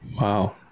wow